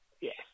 Yes